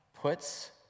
puts